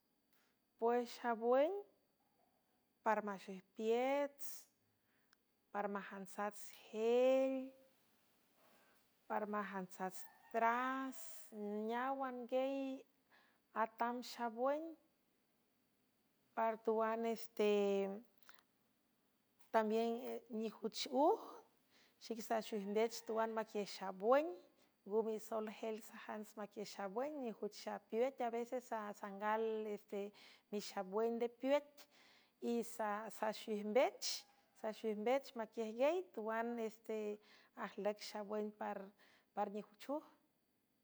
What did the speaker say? Puex xabwüng para maxuijpiets para majantsats jel para majantsats tras neáwangey atam xabwüng par tuan este tambiün nijuchuj xique saxwij mbech tuan maquiüj xabuün ngomisoel jel sajants maquiej xabwün nijuch xapiuet a veces sasangal este mixabwün de puet y isaxwijmbech maquiejgey tuan este ajlüc xabwün par nijuchuj.